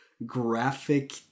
Graphic